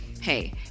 Hey